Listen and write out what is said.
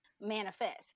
manifest